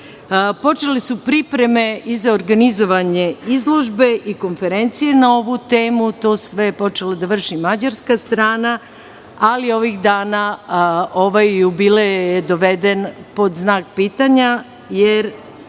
Počele su pripreme i za organizovanje izložbe i konferencije na ovu temu. To je sve počelo da vrši mađarska strana ali je ovih dana ovaj jubilej doveden pod znak pitanja jer